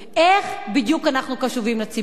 איך בדיוק אנחנו קשובים לציבור?